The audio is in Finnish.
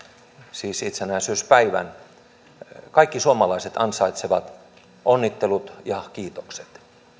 siis itsenäisyyspäivän lähestyessä kaikki suomalaiset ansaitsevat onnittelut ja kiitokset